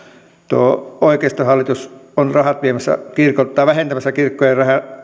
tuo oikeistohallitus on vähentämässä kirkkojen